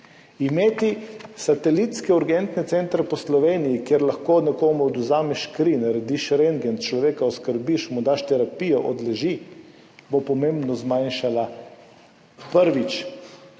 imeti satelitske urgentne centre po Sloveniji, kjer lahko nekomu odvzameš kri, narediš rentgen, človeka oskrbiš, mu daš terapijo, kjer lahko odleži, bo pomembno zmanjšala, prvič,